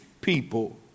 people